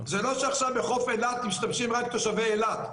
זה לא שעכשיו בחוף אילת משתמשים רק תושבי אילת.